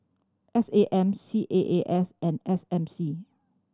S A M C A A S and S M C